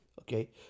okay